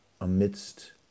amidst